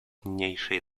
niniejszej